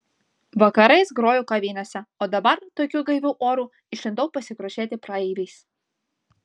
vakarais groju kavinėse o dabar tokiu gaiviu oru išlindau pasigrožėti praeiviais